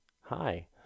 hi